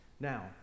Now